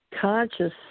conscious